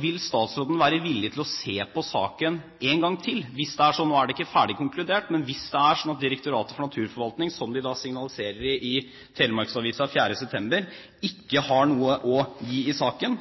Vil statsråden være villig til å se på saken en gang til? Nå er det ikke ferdig konkludert – hvis det er sånn at Direktoratet for naturforvaltning, slik de signaliserer i Telemarksavisa 4. september, ikke har noe å gi i saken: